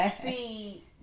see